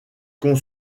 qu’on